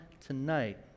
tonight